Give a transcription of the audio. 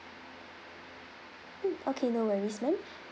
mm okay no worries ma'am